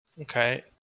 Okay